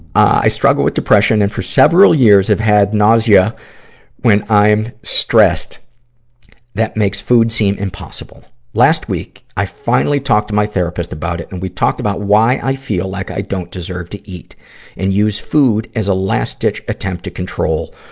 i struggle with depression and for several years have had nausea when i'm stressed that makes food seem impossible. last week, i finally talked to my therapist about it, and we talked about why i feel like i don't deserve to eat and use food as a last-ditch attempt to control